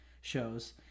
shows